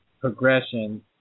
progression